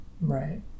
right